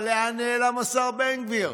אבל לאן נעלם השר בן גביר?